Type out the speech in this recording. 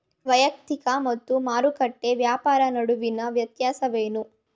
ವೈಯಕ್ತಿಕ ಮತ್ತು ಮಾರುಕಟ್ಟೆ ವ್ಯಾಪಾರ ನಡುವಿನ ವ್ಯತ್ಯಾಸವೇನು?